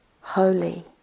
Holy